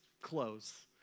clothes